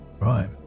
right